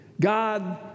God